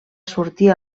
sortir